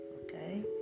Okay